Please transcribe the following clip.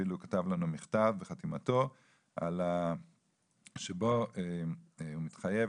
ואפילו כתב לנו מכתב בחתימתו שבו הוא מתחייב.